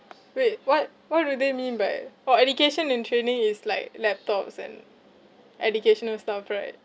wait what what do they mean by oh education and training is like laptops and educational stuff right